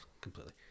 completely